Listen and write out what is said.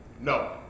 No